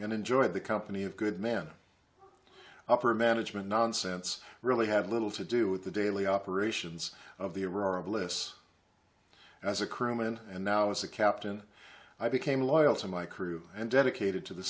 and enjoyed the company of good men upper management nonsense really had little to do with the daily operations of the aurora bliss as a crewman and now as a captain i became loyal to my crew and dedicated to the